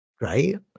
Right